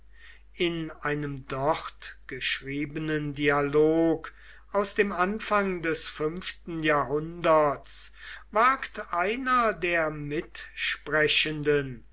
in einem dort geschriebenen dialog aus dem anfang des fünften jahrhunderts wagt einer der mitsprechenden